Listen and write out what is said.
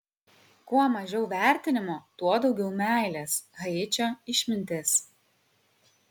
kuo mažiau vertinimo tuo daugiau meilės haičio išmintis